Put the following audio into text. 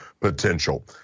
potential